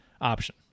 option